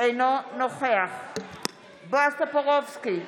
אינו נוכח בועז טופורובסקי,